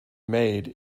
made